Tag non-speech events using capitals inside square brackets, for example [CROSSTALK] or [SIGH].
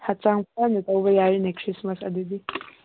ꯍꯛꯆꯥꯡ [UNINTELLIGIBLE] ꯇꯧꯕ ꯌꯥꯔꯦꯅꯦ ꯈ꯭ꯔꯤꯁꯃꯥꯁ ꯑꯗꯨꯗꯤ